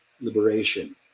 liberation